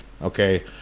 okay